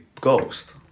ghost